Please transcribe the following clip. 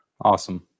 Awesome